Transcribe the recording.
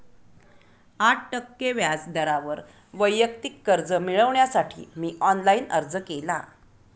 आठ टक्के व्याज दरावर वैयक्तिक कर्ज मिळविण्यासाठी मी ऑनलाइन अर्ज केला